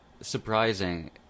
surprising